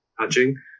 touching